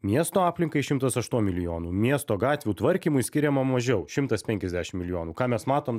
miesto aplinkai šimtas aštuom milijonų miesto gatvių tvarkymui skiriama mažiau šimtas penkiasdešim milijonų ką mes matom